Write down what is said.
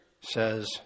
says